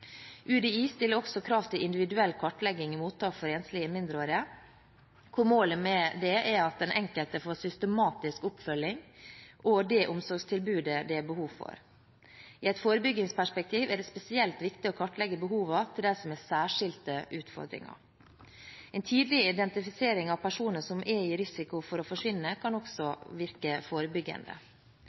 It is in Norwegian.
UDI stiller også krav til individuell kartlegging i mottak for enslige mindreårige, og målet med det er at den enkelte får systematisk oppfølging og det omsorgstilbudet det er behov for. I et forebyggingsperspektiv er det spesielt viktig å kartlegge behovene til dem som har særskilte utfordringer. En tidlig identifisering av personer som er i risiko for å forsvinne, kan også virke